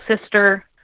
sister